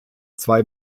zwei